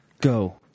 Go